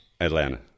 Atlanta